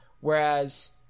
whereas